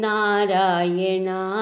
Narayana